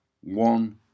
one